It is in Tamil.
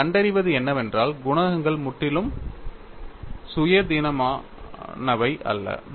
நீங்கள் கண்டறிவது என்னவென்றால் குணகங்கள் முற்றிலும் சுயாதீனமானவை அல்ல